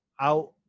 Out